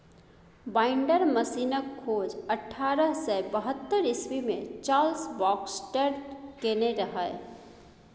binder मशीनक खोज अठारह सय बहत्तर इस्बी मे चार्ल्स बाक्सटर केने रहय